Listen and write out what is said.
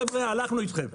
חבר'ה הלכנו איתכם,